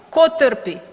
Tko trpi?